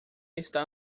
está